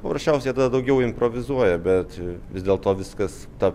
paprasčiausiai jie tada daugiau improvizuoja bet vis dėl to viskas ta